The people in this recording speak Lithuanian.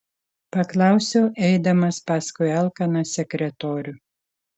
paklausiau eidamas paskui alkaną sekretorių